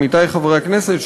עמיתי חברי הכנסת,